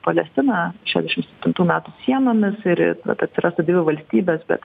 palestiną šešiasdešim septintų metų sienomis ir ir kad atsirastų dvi valstybės bet